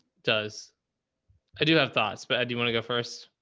does ah do have thoughts, but do you want to go first?